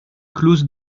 clause